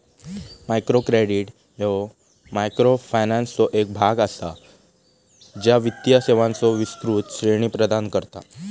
micro credit ह्या मायक्रोफायनान्सचो एक भाग असा, ज्या वित्तीय सेवांचो विस्तृत श्रेणी प्रदान करता